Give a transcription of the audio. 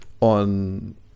on